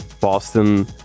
Boston